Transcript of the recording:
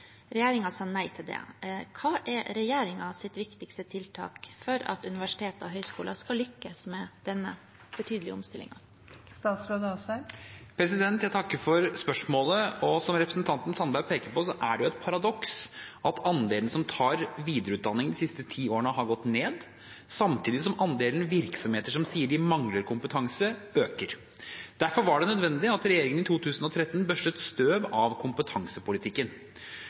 sa nei. Hva er regjeringens viktigste tiltak for at universitet og høgskoler skal lykkes med denne betydelige omstillingen?» Jeg takker for spørsmålet. Som representanten Sandberg peker på, er det et paradoks at andelen som tar videreutdanning de siste ti årene har gått ned, samtidig som andelen virksomheter som sier de mangler kompetanse, øker. Derfor var det nødvendig at regjeringen i 2013 børstet støv av kompetansepolitikken.